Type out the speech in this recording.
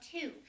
two